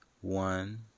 One